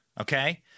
Okay